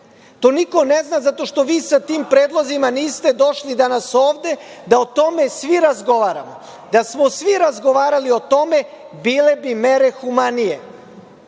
niko ne zna zato što vi sa tim predlozima niste došli danas ovde, da o tome svi razgovaramo. Da smo svi razgovarali o tome, bile bi mere humanije. Kako